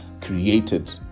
created